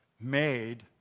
made